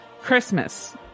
Christmas